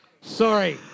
Sorry